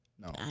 no